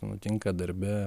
nutinka darbe